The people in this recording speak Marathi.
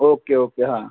ओके ओके हां